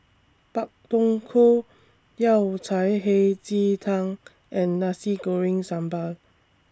Pak Thong Ko Yao Cai Hei Ji Tang and Nasi Goreng Sambal